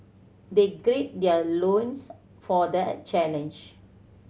they their loins for the challenge